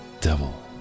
devil